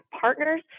partners